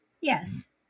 Yes